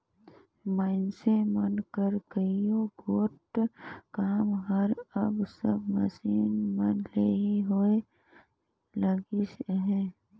मइनसे मन कर कइयो गोट काम हर अब सब मसीन मन ले ही होए लगिस अहे